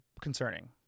concerning